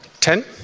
Ten